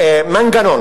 מפני שמישהו במדינה הזו,